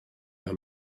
vers